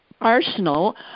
arsenal